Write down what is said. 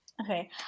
Okay